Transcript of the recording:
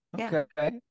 okay